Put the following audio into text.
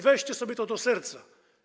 Weźcie sobie to do serca.